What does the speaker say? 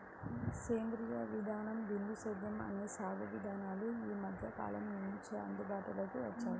సేంద్రీయ విధానం, బిందు సేద్యం అనే సాగు విధానాలు ఈ మధ్యకాలం నుంచే అందుబాటులోకి వచ్చాయి